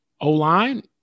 O-line